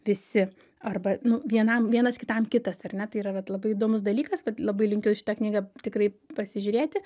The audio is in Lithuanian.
visi arba nu vienam vienas kitam kitas ar ne tai yra vat labai įdomus dalykas vat labai linkiu aš šitą knygą tikrai pasižiūrėti